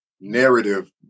narrative